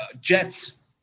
jets